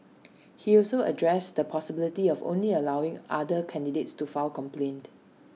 he also addressed the possibility of only allowing other candidates to file complaints